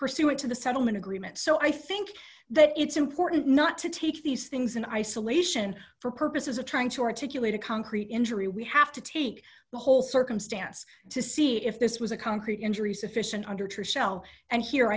pursuant to the settlement agreement so i think that it's important not to take these things in isolation for purposes of trying to articulate a concrete injury we have to take the whole circumstance to see if this was a concrete injury sufficient under a true shell and here